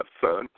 son